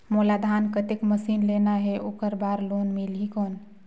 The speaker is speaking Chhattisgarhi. मोला धान कतेक मशीन लेना हे ओकर बार लोन मिलही कौन?